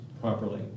properly